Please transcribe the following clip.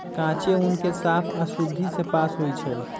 कांचे ऊन के साफ आऽ शुद्धि से पास होइ छइ